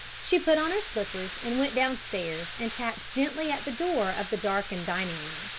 she put on her slippers and went downstairs and tapped gently at the door of the darkened dining-room.